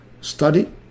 study